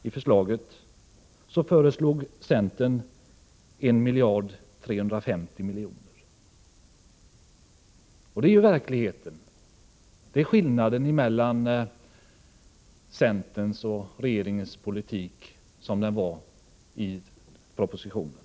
Centern föreslog 1350 000 000. Det är verkligheten. Denna skillnad var det mellan centerns och regeringens politik, såsom den presenterades i propositionen.